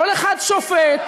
כל אחד שופט,